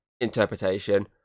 interpretation